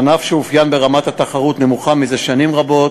ענף שהתאפיין ברמת תחרות נמוכה זה שנים רבות.